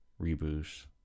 reboot